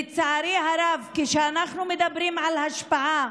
לצערי הרב, כשאנחנו מדברים על השפעה,